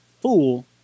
fool